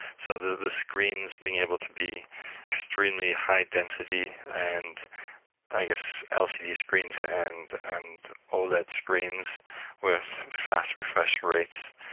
so the the screens being able to be extremely high density, and i guess, lcd screens ah and and all that screens with fast refresh rates,